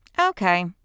okay